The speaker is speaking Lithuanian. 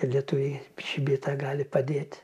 lietuviai šį bei tą gali padėt